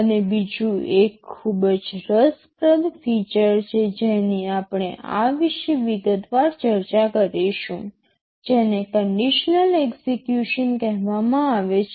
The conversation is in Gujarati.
અને બીજું એક ખૂબ જ રસપ્રદ ફીચર છે જેની આપણે આ વિશે વિગતવાર ચર્ચા કરીશું જેને કન્ડિશનલ એક્સેકયુશન કહેવામાં આવે છે